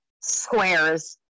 Squares